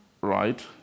Right